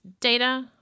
data